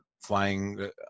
flying